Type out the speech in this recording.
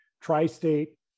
Tri-State